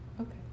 Okay